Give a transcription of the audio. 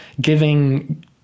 giving